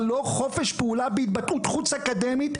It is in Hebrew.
אבל לא חופש פעולה בהתבטאות חוץ אקדמית,